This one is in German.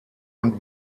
und